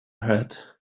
head